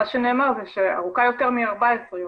מה שנאמר זה שארוכה יותר מ-14 יום.